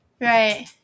Right